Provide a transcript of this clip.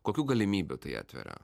kokių galimybių tai atveria